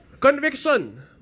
Conviction